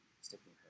sticking